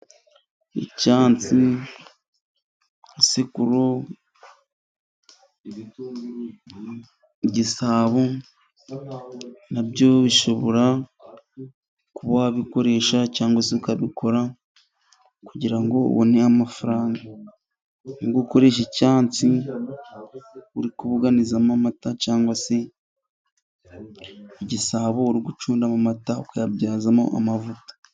Icyansi, sekuru, igisabo, nabyo bishobora kuba wabikoresha cyangwa se ukabikora kugirango ubone amafaranga. Uri gukoresha icyansi, uri kubuganizamo amata cyangwa se igisabo ugacundamo mata, ukayabyazamo amavuta.